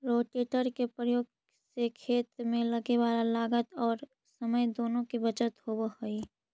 rotator के प्रयोग से खेत में लगे वाला लागत औउर समय दुनो के बचत होवऽ हई